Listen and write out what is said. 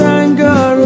anger